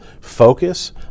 focus